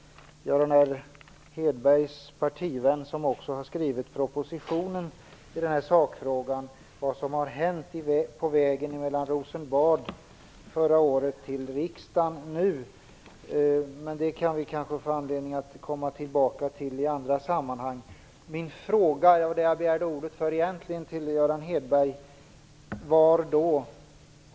Göran R Hedbergs partivän har ju varit med om att skriva propositionen. Frågan är vad som har hänt från förra året i sakfrågan på vägen från Rosenbad och fram till riksdagen nu. Men det får vi kanske anledning att i andra sammanhang komma tillbaka till. Jag begärde egentligen ordet för att ställa en fråga till Göran R Hedberg.